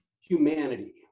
humanity